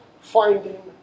finding